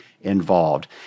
involved